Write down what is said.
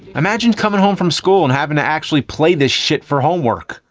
imagine coming home from school and having to actually play this shit for homework.